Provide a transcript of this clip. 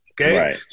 Okay